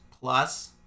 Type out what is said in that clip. plus